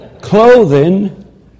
Clothing